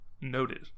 Noted